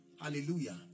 Hallelujah